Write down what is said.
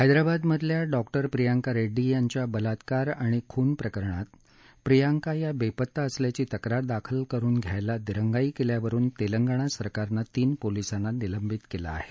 हैद्राबादमधल्या doctor Priyanka Reddy याच्या बलात्कार आणि खून प्रकरणात प्रियाक्ती या बेपत्ता असल्याची तक्रार दाखल करून घ्यायला दिराईई केल्यावरून तेलपिा सरकारनत्रीन पोलीसात्त निलबित केलआहे